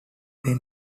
then